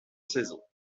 saison